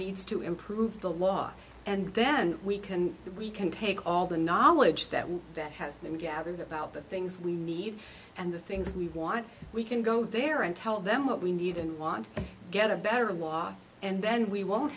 needs to improve the law and then we can we can take all the knowledge that that has been gathered about the things we need and the things we want we can go there and tell them what we need and want get a better law and then we won't